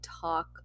talk